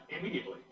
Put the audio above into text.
immediately